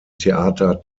theater